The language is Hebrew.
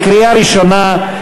קריאה ראשונה.